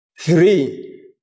three